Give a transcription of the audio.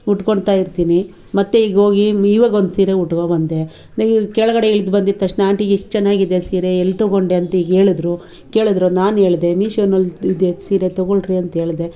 ಉಟ್ಕೋಳ್ತಾ ಇರ್ತೀನಿ ಮತ್ತೆ ಈಗ ಹೋಗಿ ಇವಾಗೊಂದು ಸೀರೆ ಉಟ್ಕೊಂಬಂದೆ ಕೆಳಗಡೆ ಇಳ್ದು ಬಂದಿದ್ದ ತಕ್ಷಣ ಆಂಟಿ ಎಷ್ಟು ಚೆನ್ನಾಗಿದೆ ಸೀರೆ ಎಲ್ಲಿ ತೊಗೊಂಡೆ ಅಂತೀಗ ಹೇಳಿದ್ರು ಕೇಳಿದ್ರು ನಾನು ಹೇಳ್ದೆ ಮೀಶೋದಲ್ಲಿ ಇದೆ ಸೀರೆ ತೊಗೊಳ್ರಿ ಅಂಥೇಳ್ದೆ